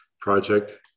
project